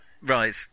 Right